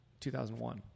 2001